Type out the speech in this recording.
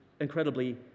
incredibly